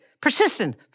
Persistent